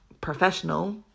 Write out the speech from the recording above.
professional